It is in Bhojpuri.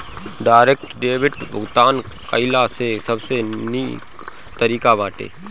डायरेक्ट डेबिट भुगतान कइला से सबसे निक तरीका बाटे